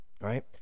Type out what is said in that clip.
right